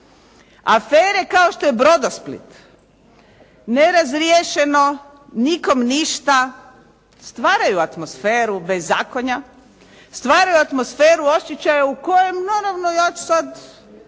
Afere kao što je Brodosplit, nerazriješeno, nikom ništa, stvaraju atmosferu bezakonja, stvaraju atmosferu osjećaja u kojem naravno ja ću sad